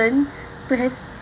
to have